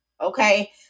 okay